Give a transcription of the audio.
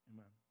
Amen